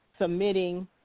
submitting